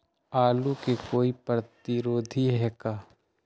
आलू के कोई प्रतिरोधी है का?